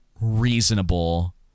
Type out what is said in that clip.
reasonable